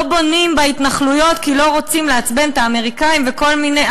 בונים בהתנחלויות כי לא רוצים לעצבן את האמריקנים וכל מיני,